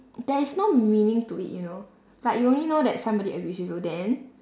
there is no meaning to it you know like you only know that somebody agrees with you then